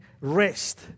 rest